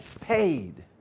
paid